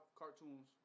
cartoons